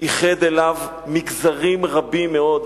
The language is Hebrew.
איחד אליו מגזרים רבים מאוד,